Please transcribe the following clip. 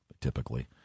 typically